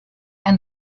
and